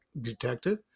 detective